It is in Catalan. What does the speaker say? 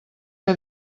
que